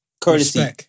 courtesy